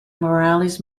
morales